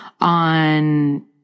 on